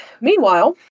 meanwhile